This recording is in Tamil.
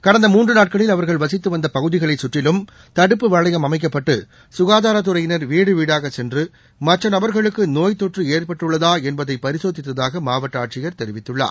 கடந்த மூன்று நாட்களில் அவர்கள் வசித்துவந்த பகுதிகளை சுற்றிலும் தடுப்பு வளையம் அமைக்கப்பட்டு சுகாதாரத்துறையினர் வீடு வீடாக சென்று மற்ற நபர்களுக்கு நோய்த்தொற்று ஏற்பட்டுள்ளதா என்பதை பரிசோதித்தாக மாவட்ட ஆட்சியர் தெரிவித்துள்ளார்